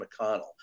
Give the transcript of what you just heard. McConnell